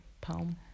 poem